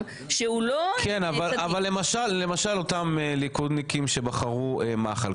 שהוא לא --- אבל למשל אותם ליכודניקים שבחרו מחל.